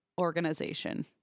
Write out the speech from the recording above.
organization